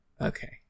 Okay